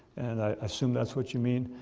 and i assume that's what you mean.